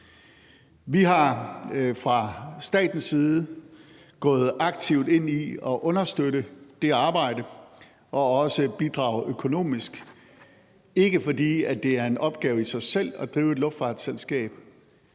Vi er fra statens side gået aktivt ind i at understøtte det arbejde og også bidrage økonomisk, ikke fordi det er en opgave i sig selv at drive et luftfartsselskab